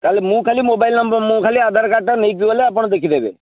ତା'ହେଲେ ମୁଁ ଖାଲି ମୋବାଇଲ୍ ମୁଁ ଖାଲି ଆଧାର କାର୍ଡ଼ଟା ନେଇକିଗଲେ ଆପଣ ଦେଖିଦେବେ